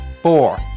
four